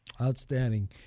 Outstanding